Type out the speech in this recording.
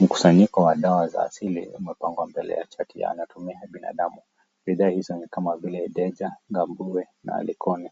Mkusanyiko wa dawa za asili umepangwa mbele ya chati ya anatomia ya binadamu. Bidhaa hizo ni kama vile Deja, Gambue na Likoni.